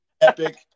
epic